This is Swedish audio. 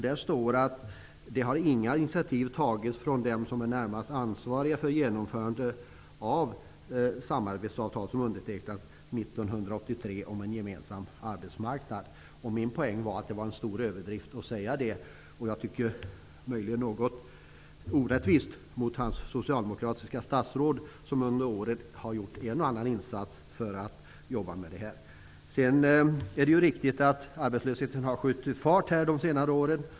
Där står att inga initiativ har tagits av dem som är närmast ansvariga för genomförandet av det samarbetsavtal som undertecknades 1983 om en gemensam arbetsmarknad. Min poäng var att det var en stor överdrift att säga detta. Jag tycker möjligen att det var något orättvist mot hans socialdemokratiska statsråd, som under åren har gjort en och annna insats här. Det är riktigt att arbetslösheten har skjutit fart de senare åren.